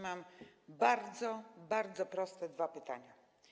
Mam bardzo, bardzo proste dwa pytania.